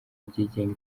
ryigenga